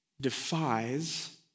defies